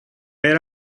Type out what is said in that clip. era